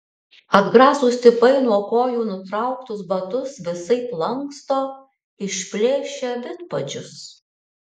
atgrasūs tipai nuo kojų nutrauktus batus visaip lanksto išplėšia vidpadžius